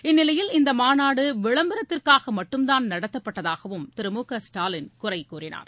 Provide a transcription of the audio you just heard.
இந்நிலையில் இந்த மாநாடு விளம்பரத்திற்காக மட்டும் தான் நடத்தப்பட்டதாகவும் திரு மு க ஸ்டாலின் குறை கூறினார்